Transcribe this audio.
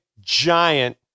giant